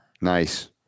Nice